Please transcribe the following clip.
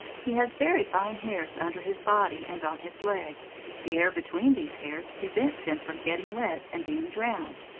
he has very fine hairs under his body and on his legs. the air between these hairs prevents him from getting wet and being drowned.